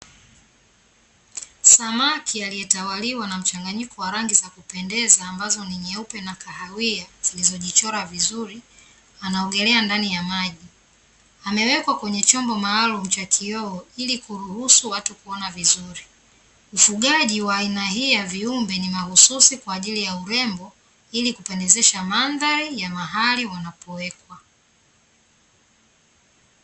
Samaki aliyetawalia na mchanganyiko wa rangi za kupendeza ambazo ni nyeupe na kahawia zilizojichora vizuri, anaogelea ndani ya maji. Amewekwa kwenye chombo maalumu cha kioo ili kuruhusu watu kuona vizuri. Ufugaji wa aina hii ya viumbe ni mahususi kwa ajili ya urembo ili kupendezesha mandhari ya mahali wanapowekwa.